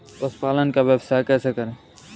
पशुपालन का व्यवसाय कैसे करें?